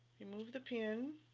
you move the pin